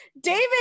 david